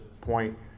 point